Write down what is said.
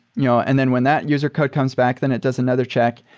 you know and then when that user code comes back, then it does another check,